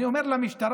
אני אומר למשטרה,